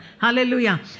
hallelujah